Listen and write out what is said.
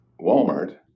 Walmart